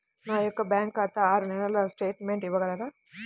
నా యొక్క బ్యాంకు ఖాతా ఆరు నెలల స్టేట్మెంట్ ఇవ్వగలరా?